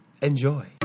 enjoy